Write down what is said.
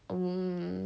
mm